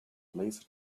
laser